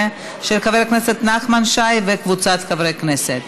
2017, של חבר הכנסת נחמן שי וקבוצת חברי הכנסת.